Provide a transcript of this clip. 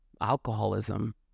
Alcoholism